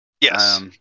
Yes